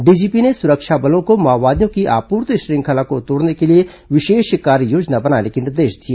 DGP ने सुरक्षा बलों को माओवादियों की आपूर्ति श्रृंखला को तोड़ने के लिए विशेष कार्ययोजना बनाने के निर्देश दिए